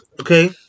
Okay